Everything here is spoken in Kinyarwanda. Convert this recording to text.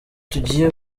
tugiye